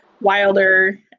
wilder